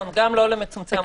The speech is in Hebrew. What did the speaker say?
גם לא למצומצם.